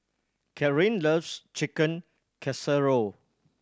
Kathryne loves Chicken Casserole